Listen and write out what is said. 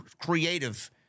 creative